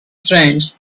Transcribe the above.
strange